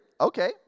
Okay